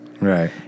Right